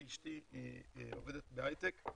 אשתי עובדת בהייטק,